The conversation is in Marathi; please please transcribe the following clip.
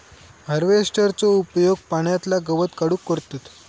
हार्वेस्टरचो उपयोग पाण्यातला गवत काढूक करतत